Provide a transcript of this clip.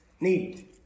need